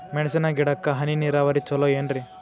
ಮೆಣಸಿನ ಗಿಡಕ್ಕ ಹನಿ ನೇರಾವರಿ ಛಲೋ ಏನ್ರಿ?